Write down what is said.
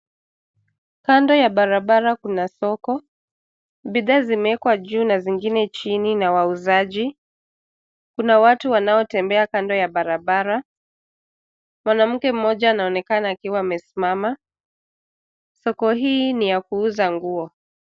Kando ya barabara kuna soko. Bidhaa zimewekwa juu na zingine chini na wauzaji. Kuna watu wanaotembea kando ya barabara. Mwanamke mmoja anaonekana akiwa amesimama. Soko hii ni ya kuuza nguo.